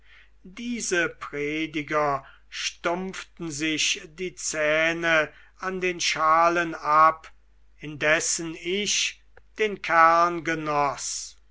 diese prediger stumpften sich die zähne an den schalen ab indessen ich den kern genoß